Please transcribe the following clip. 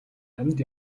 амьд